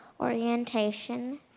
orientation